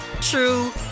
true